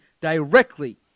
directly